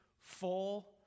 full